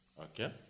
okay